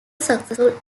successful